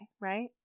right